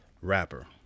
rapper